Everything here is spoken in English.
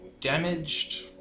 damaged